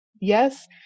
Yes